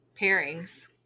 Pairings